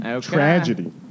Tragedy